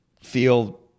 feel